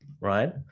right